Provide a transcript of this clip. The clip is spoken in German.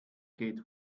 geht